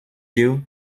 you